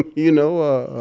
you know?